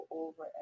over